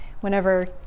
Whenever